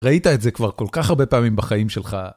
ראית את זה כבר כל כך הרבה פעמים בחיים שלך?